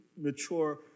mature